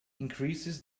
increases